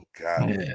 god